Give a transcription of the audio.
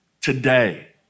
today